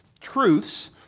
truths